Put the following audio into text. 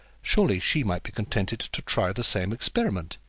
surely she might be contented to try the same experiment.